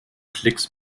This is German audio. klicks